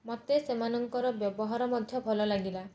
ମୋତେ ସେମାନଙ୍କର ବ୍ୟବହାର ମଧ୍ୟ ଭଲ ଲାଗିଲା